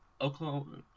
Oklahoma